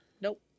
Nope